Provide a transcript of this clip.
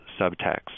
subtext